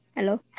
Hello